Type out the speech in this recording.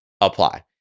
apply